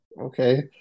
okay